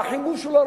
והחימוש שלו,